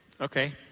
Okay